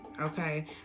okay